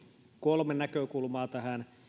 kolme näkökulmaa tähän